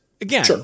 Again